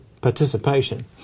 participation